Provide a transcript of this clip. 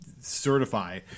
certify